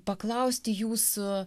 paklausti jūsų